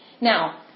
Now